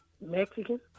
Mexican